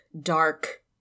dark